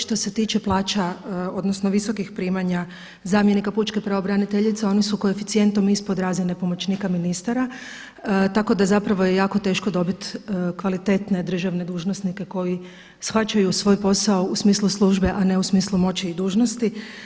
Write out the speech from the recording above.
Što se tiče plaća odnosno visokih primanja zamjenika pučke pravobraniteljice oni su koeficijentom ispod razine pomoćnika ministara tako da zapravo je jako teško dobiti kvalitetne državne dužnosnike koji shvaćaju svoj posao u smislu službe a ne u smislu moći i dužnosti.